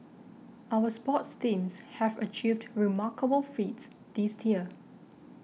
our sports teams have achieved remarkable feats this year